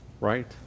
right